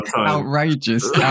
Outrageous